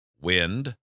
wind